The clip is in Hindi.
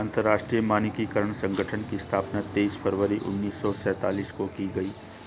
अंतरराष्ट्रीय मानकीकरण संगठन की स्थापना तेईस फरवरी उन्नीस सौ सेंतालीस में की गई